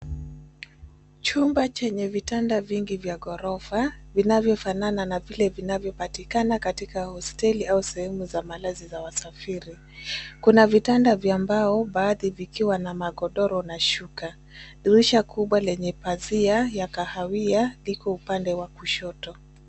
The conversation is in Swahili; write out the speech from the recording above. Chumba chenye vitanda vingi vya ghorofa, vinavyofanana na vile vinavyopatikana katika hosteli au sehemu za malazi za wasafiri. Kuna vitanda vya mbao, baadhi vikiwa na magodoro na shuka. Dirisha kubwa lenye pazia ya kahawia liko upande wa kushoto.